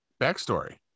backstory